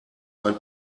ein